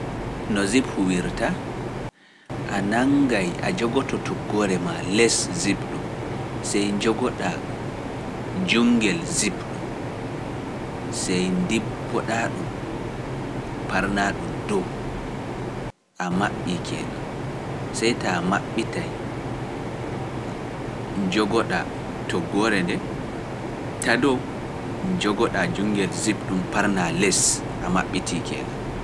No Zip huwirta, a nangay a jogoto toggore maa les Zip ɗum, sey njogoɗa jungel Zip ɗum, sey ndibboɗa ɗum parna ɗum dow, a maɓɓii keenan, sey taa a maɓɓitay njogoɗa to gore nde, taa dow njogoɗa jungel Zip ɗum paranaa les a maɓɓitii keenan.